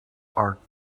art